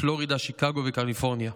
פלורידה, שיקגו וקליפורניה,